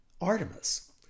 Artemis